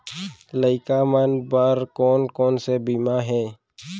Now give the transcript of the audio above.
लइका मन बर कोन कोन से बीमा हे?